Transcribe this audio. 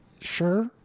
Sure